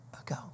ago